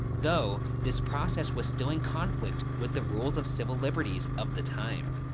though, this process was still in conflict with the rules of civil liberties of the time.